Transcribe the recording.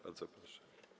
Bardzo proszę.